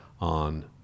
on